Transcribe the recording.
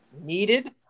needed